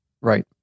Right